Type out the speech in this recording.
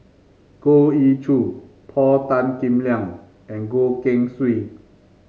Goh Ee Choo Paul Tan Kim Liang and Goh Keng Swee